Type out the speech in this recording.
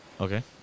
Okay